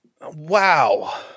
Wow